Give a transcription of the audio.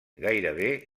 gairebé